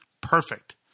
Perfect